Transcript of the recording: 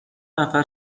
نفر